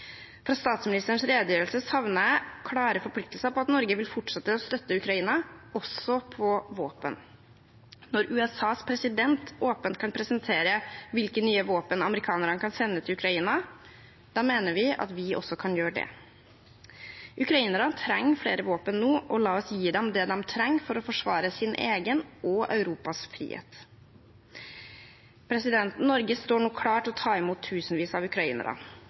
Fra statsministerens redegjørelse savnet jeg klare forpliktelser på at Norge vil fortsette å støtte Ukraina også med våpen. Når USAs president åpent kan presentere hvilke nye våpen amerikanerne kan sende til Ukraina, mener vi at vi også kan gjøre det. Ukrainerne trenger flere våpen nå, og la oss gi dem det de trenger for å forsvare sin egen og Europas frihet. Norge står nå klare til å ta imot tusenvis av ukrainere.